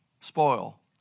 spoil